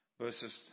verses